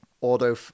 auto